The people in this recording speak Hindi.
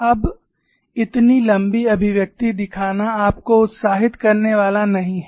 अब इतनी लंबी अभिव्यक्ति दिखाना आपको उत्साहित करने वाला नहीं है